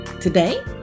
Today